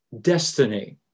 destiny